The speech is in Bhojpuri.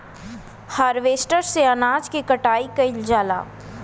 हारवेस्टर से अनाज के कटाई कइल जाला